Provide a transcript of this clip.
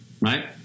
Right